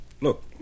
Look